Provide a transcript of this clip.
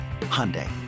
Hyundai